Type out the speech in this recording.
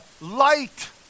light